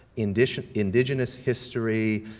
indigenous indigenous history,